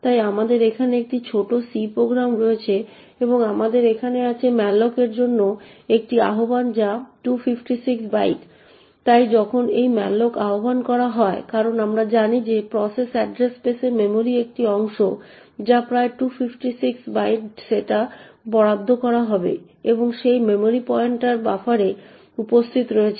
তাই আমাদের এখানে একটি ছোট সি প্রোগ্রাম রয়েছে এবং আমাদের এখানে আছে malloc এর জন্য একটি আহ্বান যা 256 বাইট তাই যখন এই malloc আহ্বান করা হয় কারণ আমরা জানি যে প্রসেস অ্যাড্রেস স্পেসে মেমরির একটি অংশ যা প্রায় 256 বাইট সেটা বরাদ্দ করা হবে এবং সেই মেমরির পয়েন্টারটি বাফারে উপস্থিত রয়েছে